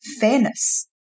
fairness